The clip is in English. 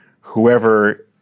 whoever